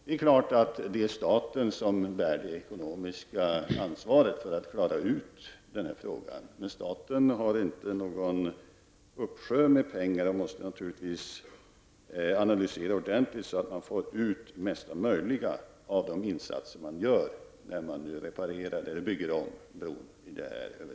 Det är klart att det är staten som bär det ekonomiska ansvaret för att lösa denna fråga, men staten har inte någon uppsjö med pengar utan måste naturligtvis analysera detta ordentligt, så att man får ut mesta möjliga av de insatser man gör, när man nu reparerar eller bygger om bron över